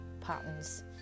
patterns